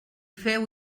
feu